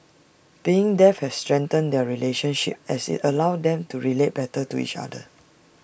being deaf has strengthened their relationship as IT allowed them to relate better to each other